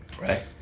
right